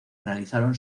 realizaron